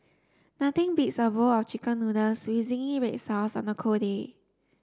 nothing beats a bowl of chicken noodles with zingy red sauce on a cold day